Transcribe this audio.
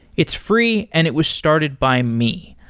it's free and it was started by me.